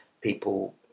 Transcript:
people